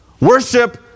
Worship